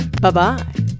Bye-bye